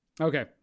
Okay